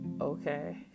okay